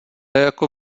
jako